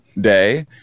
day